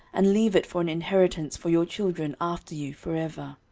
and leave it for an inheritance for your children after you for ever.